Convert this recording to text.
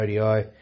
ODI